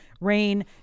rain